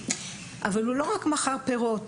אבל הוא לא רק מכר פירות,